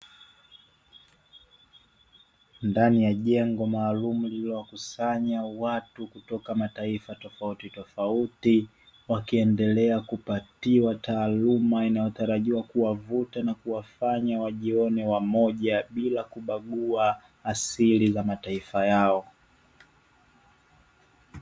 Ndani ya jengo maalumu lililowakusanya watu kutoka mataifa tofautitofauti, wakiendelea kupatiwa taaluma inayotarajiwa kuwavuta na kuwafanya wajione wamoja bila kubagua asili za mataifa yao.